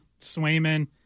Swayman